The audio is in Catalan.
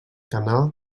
canal